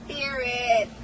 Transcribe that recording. Spirit